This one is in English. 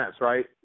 right